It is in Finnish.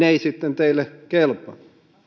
ei sitten teille kelpaa